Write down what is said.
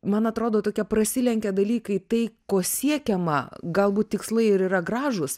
man atrodo tokie prasilenkia dalykai tai ko siekiama galbūt tikslai ir yra gražūs